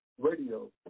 Radio